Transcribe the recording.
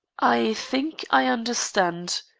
i think i understand.